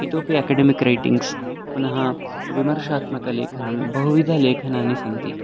इतोपि academic ratings पुनः विमर्शात्मकलेखनं बहु विधलेखनानि सन्ति